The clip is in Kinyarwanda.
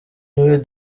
niwe